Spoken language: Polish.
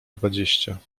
dwadzieścia